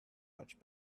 much